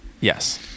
yes